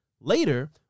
Later